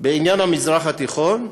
בעניין המזרח התיכון.